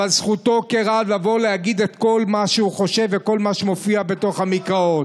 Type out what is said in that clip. אבל זכותו כרב להגיד את כל מה שהוא חושב וכל מה שמופיע בתוך המקראות.